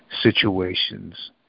situations